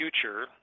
future